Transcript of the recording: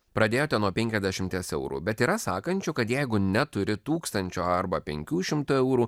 pradėjote nuo penkiasdešimties eurų bet yra sakančių kad jeigu neturi tūkstančio arba penkių šimtų eurų